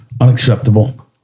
Unacceptable